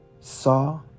saw